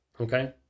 Okay